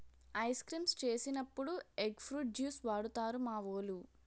ice creams చేసినప్పుడు egg fruit juice వాడుతారు మావోలు